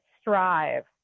strive